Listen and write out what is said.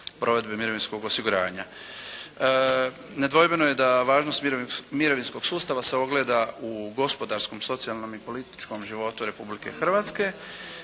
provedbe mirovinskog osiguranja. Nedvojbeno je da važnost mirovinskog sustava se ogleda u gospodarskom, socijalnom i političkom životu Republike Hrvatske